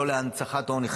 לא להנצחת העוני,